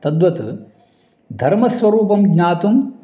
तद्वत् धर्मस्वरूपं ज्ञातुं